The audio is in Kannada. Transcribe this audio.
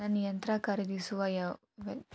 ನನ್ನ ಯಂತ್ರ ಖರೇದಿಸುವ ವೆಚ್ಚವನ್ನು ಯಾರ ಭರ್ಸತಾರ್?